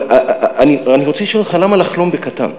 אבל אני רוצה לשאול אותך, למה לחלום בקטן?